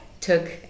took